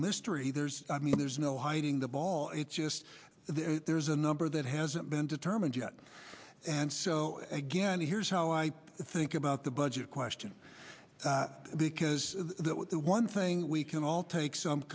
mystery there's i mean there's no hiding the ball it's just that there's a number that hasn't been determined yet and so again here's how i think about the budget question because the one thing we can all take some